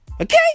okay